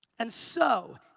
and so,